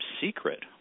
secret